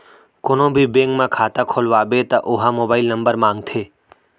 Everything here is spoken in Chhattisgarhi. कोनो भी बेंक म खाता खोलवाबे त ओ ह मोबाईल नंबर मांगथे